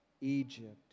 Egypt